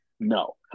No